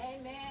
Amen